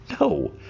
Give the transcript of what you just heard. No